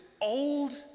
old